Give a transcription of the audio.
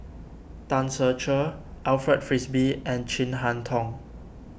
Tan Ser Cher Alfred Frisby and Chin Harn Tong